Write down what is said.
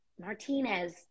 Martinez